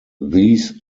these